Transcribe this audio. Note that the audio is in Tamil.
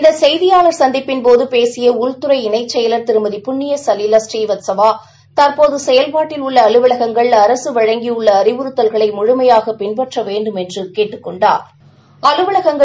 இந்தசெய்தியாளர் சந்திப்பின்போதுபேசியஉள்துறை இணைச் செயலர் திருமதி புண்ணியசலீலா ஸ்ரீவஸ்தவா தற்போதுசெயல்பாட்டில் உள்ள அலுவலகங்கள் அரசுவழங்கியுள்ளஅறிவுறத்தல்களைமுழுமையாகபின்பற்றவேண்டுமென்றகேட்டுக் கொண்டாா்